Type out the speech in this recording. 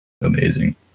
Amazing